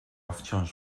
wciąż